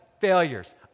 failures